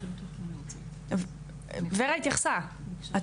ורה רצית להוסיף משהו.